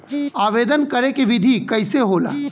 आवेदन करे के विधि कइसे होला?